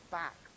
back